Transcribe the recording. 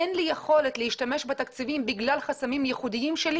אין לי יכולת להשתמש בתקציבים בגלל חסמים ייחודיים שלי